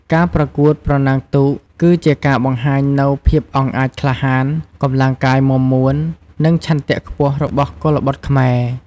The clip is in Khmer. ការប្រកួតប្រណាំងទូកគឺជាការបង្ហាញនូវភាពអង់អាចក្លាហាន កម្លាំងកាយមាំមួន និងឆន្ទៈខ្ពស់របស់កុលបុត្រខ្មែរ។